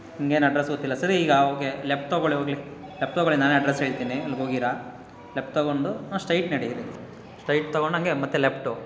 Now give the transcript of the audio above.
ನಿಮ್ಗೇನು ಅಡ್ರೆಸ್ ಗೊತ್ತಿಲ್ಲ ಸರಿ ಈಗ ಓಕೆ ಲೆಫ್ಟ್ ತೊಗೊಳಿ ಹೋಗ್ಲಿ ಲೆಫ್ಟ್ ತೊಗೊಳಿ ನಾನೇ ಅಡ್ರೆಸ್ ಹೇಳ್ತಿನಿ ಅಲ್ಲಿ ಹೋಗಿರಾ ಲೆಫ್ಟ್ ತೊಗೊಂಡು ಹಾಂ ಸ್ಟ್ರೈಟ್ ನಡಿರಿ ಸ್ಟ್ರೈಟ್ ತೊಗೊಂಡು ಹಂಗೆ ಮತ್ತು ಲೆಪ್ಟು